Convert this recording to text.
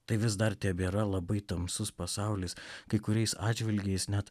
tai vis dar tebėra labai tamsus pasaulis kai kuriais atžvilgiais net